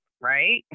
right